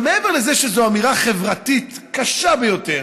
עכשיו, מעבר לזה שזו אמירה חברתית קשה ביותר